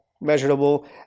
measurable